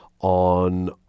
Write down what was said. on